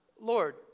Lord